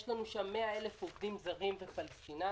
יש לנו שם 100,000 עובדים זרים ופלסטינאים.